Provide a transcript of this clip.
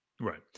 Right